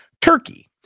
Turkey